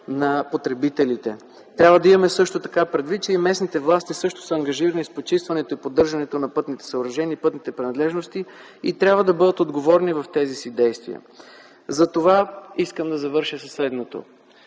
на потребителите. Трябва да имаме предвид, че и местните власти също са ангажирани с почистването и поддържането на пътните съоръжения и пътните принадлежности и трябва да бъдат отговорни в тези си действия. Затова искам да завърша със следното.